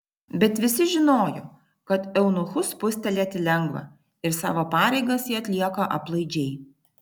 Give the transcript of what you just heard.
bet visi žinojo kad eunuchus spustelėti lengva ir savo pareigas jie atlieka aplaidžiai